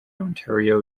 ontario